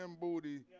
booty